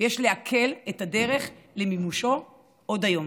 ויש להקל את הדרך למימושו עוד היום.